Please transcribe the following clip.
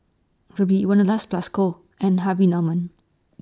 Rubi Wanderlust Plus Co and Harvey Norman